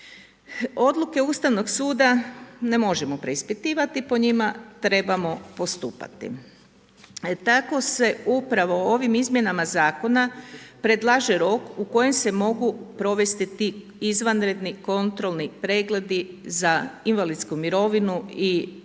Odluka Ustavnog suda, ne možemo preispitivati, po njima trebamo postupati. Tako se upravo o ovim izmjenama zakona, predlaže rok u kojem se mogu provesti ti izvanredni kontrolni pregledi za invalidsku mirovinu i tjelesna